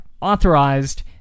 authorized